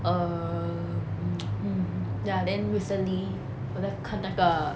err mm ya then recently 我在看那个